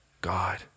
God